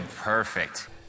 Perfect